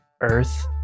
earth